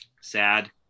sad